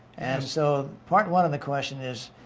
and so part one of the question is